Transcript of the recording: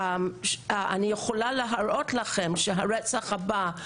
אני יכולה להראות לכם שהרצח הבא הוא